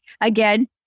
Again